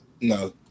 no